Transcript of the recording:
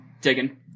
digging